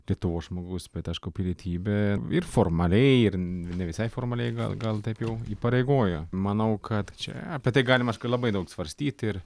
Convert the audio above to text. lietuvos žmogus bet aišku pilietybė ir formaliai ir ne visai formaliai gal gal taip jau įpareigoja manau kad čia apie tai galima aišku labai daug svarstyti ir